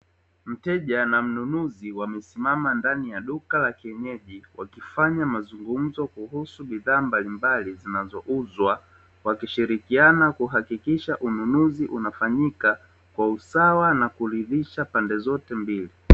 Mteja na mnunuzi wamesimama ndani ya duka la kienyeji, wakifanya mazungumzo kuhusu bidhaa mbalimbali zinazouzwa, wakishirikiana kuhakikisha ununuzi unafanyika kwa usawa na kuridhisha pande zote mbili.